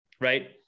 right